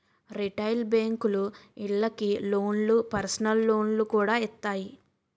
retail బేంకులు ఇళ్ళకి లోన్లు, పర్సనల్ లోన్లు కూడా ఇత్తాయి